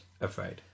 afraid